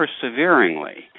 perseveringly